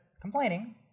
complaining